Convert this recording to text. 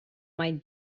might